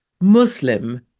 Muslim